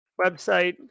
website